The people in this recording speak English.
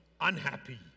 unhappy